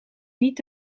niet